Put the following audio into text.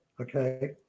okay